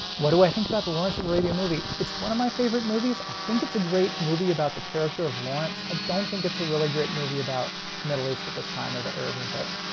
what do i think about the lawrence arabian movie? it's one of my favorite movies i think it's a great movie about the character of lawrence i don't think it's a really great movie about the middle east at this time or the arab revolt